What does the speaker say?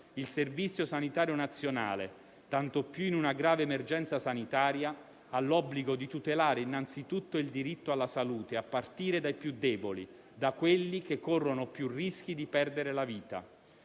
il Servizio sanitario nazionale, tanto più in una grave emergenza sanitaria, ha l'obbligo di tutelare innanzitutto il diritto alla salute, a partire dai più deboli, da coloro che corrono più rischi di perdere la vita.